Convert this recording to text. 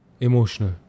emotional